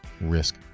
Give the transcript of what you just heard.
risk